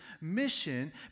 mission